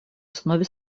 основе